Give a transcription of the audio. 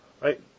Right